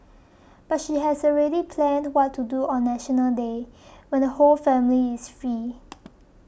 but she has already planned what to do on National Day when the whole family is free